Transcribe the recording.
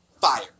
fire